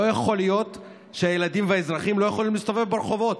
לא יכול להיות שהילדים והאזרחים לא יכולים להסתובב ברחובות.